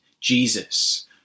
Jesus